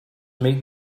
meet